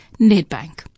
Nedbank